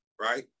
right